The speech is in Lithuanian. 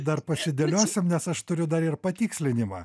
dar pasidėliosim nes aš turiu dar ir patikslinimą